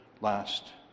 last